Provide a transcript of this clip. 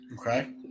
okay